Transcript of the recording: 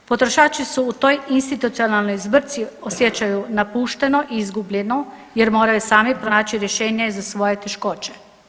Potrošači su u toj institucionalnoj zbrci osjećaju napušteno, izgubljeno jer moraju sami pronaći rješenje za svoje teškoće.